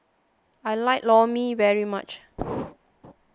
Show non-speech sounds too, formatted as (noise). I like Lor Mee very much (noise)